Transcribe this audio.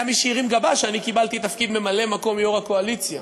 היה מי שהרים גבה שאני קיבלתי את תפקיד ממלא-מקום יו"ר הקואליציה,